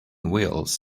wheels